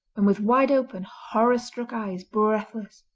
and with wide-open, horror-struck eyes, breathless.